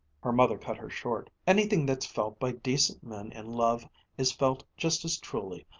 her mother cut her short. anything that's felt by decent men in love is felt just as truly,